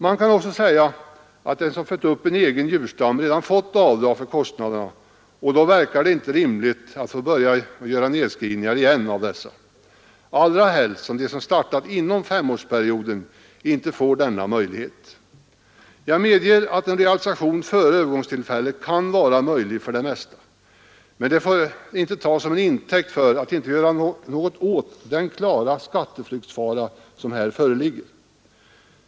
Man kan också säga att den som fött upp en egen djurstam redan fått avdrag för kostnaderna, och då verkar det inte rimligt att få börja göra nedskrivningar av dessa igen, allra helst som de som startat inom femårsperioden inte får denna möjlighet. Jag medger att en realisation före övergångstillfället kan vara möjlig för det mesta, men det får inte tas som intäkt för att inte göra något åt den klara skatteflyktsfara som här föreligger.